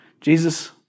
Jesus